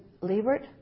Liebert